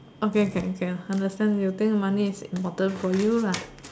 okay can can understand you think money is important for you lah